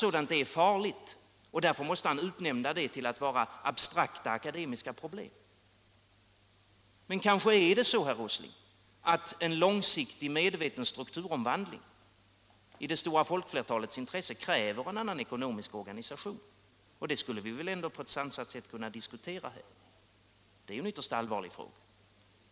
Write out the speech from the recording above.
Därför måste han I6.december 1976 utnämna det till att vara abstrakta, akademiska problem. ÖRE ini Men kanske är det så, herr Åsling, att en långsiktig, medveten struk Om strukturprobleturomvandling i det stora folkflertalets intresse kräver en annan eko men inom svenskt nomisk organisation, och det skulle vi väl ändå på ett sansat sätt kunna — produktionsliv diskutera. Det är en ytterst allvarlig fråga.